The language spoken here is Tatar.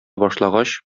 башлагач